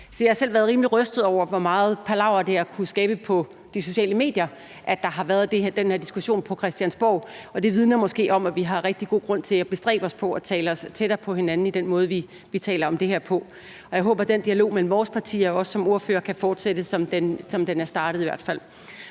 Jeg har selv været rimelig rystet over, hvor meget palaver det har kunnet skabe på de sociale medier, at der har været den her diskussion på Christiansborg, og det vidner måske om, at vi har rigtig god grund til at bestræbe os på at tale os tættere på hinanden i forhold til den måde, vi taler om det her på. Jeg håber i hvert fald, at den dialog mellem vores partier – også som ordførere – kan fortsætte, som den er startet. Mit